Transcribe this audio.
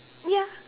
ya